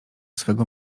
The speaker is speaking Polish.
swego